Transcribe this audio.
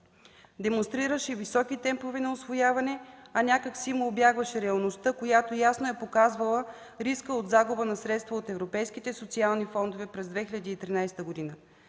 демонстрираше високи темпове на усвояване, а някак си му убягваше реалността, която ясно е показвала риска от загуба на средства от европейските социални фондове през 2013 г.